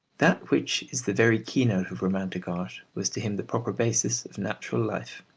that which is the very keynote of romantic art was to him the proper basis of natural life.